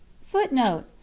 footnote